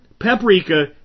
paprika